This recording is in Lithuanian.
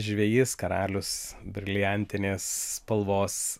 žvejys karalius briliantinės spalvos